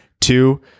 Two